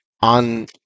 on